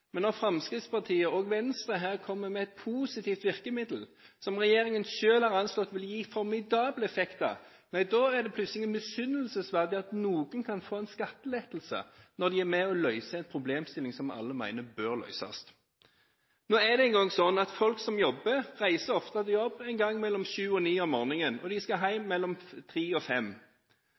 Men når Fremskrittspartiet og Venstre her kommer med et positivt virkemiddel som regjeringen selv har anslått vil gi formidable effekter, da er det plutselig misunnelsesverdig at noen kan få en skattelettelse – når det er med på å løse en problemstilling som alle mener bør løses. Nå er det engang slik at folk som jobber, ofte reiser til jobb en gang mellom 7 og 9 om morgenen, og de skal hjem mellom 3 og